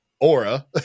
aura